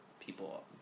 People